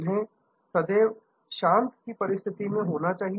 उन्हें सदैव शांत स्मूथिंग की परिस्थिति में होना चाहिए